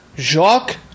Jacques